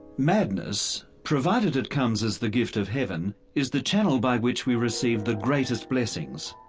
madness, provided it comes as the gift of heaven, is the channel by which we receive the greatest blessings.